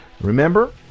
Remember